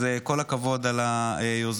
אז כל הכבוד על היוזמה.